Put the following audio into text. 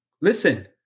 Listen